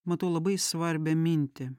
matau labai svarbią mintį